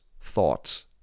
thoughts